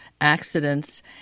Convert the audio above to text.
accidents